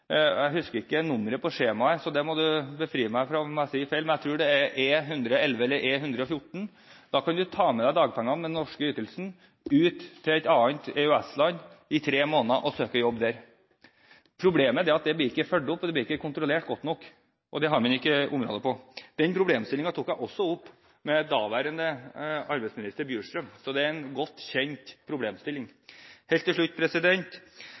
jeg husker ikke nummeret på skjemaet, så representanten må tilgi meg hvis jeg sier feil, men jeg tror det er E 111 eller E 114 – og så kan man ta med seg dagpengene, de norske ytelsene, til et annet EØS-land i tre måneder og søke jobb der. Problemet er at det ikke blir fulgt opp, og det blir ikke kontrollert godt nok. Det har man ikke kontroll på. Den problemstillingen tok jeg også opp med daværende arbeidsminister Bjurstrøm, så det er en godt kjent problemstilling. Helt til slutt: